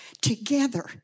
together